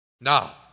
Now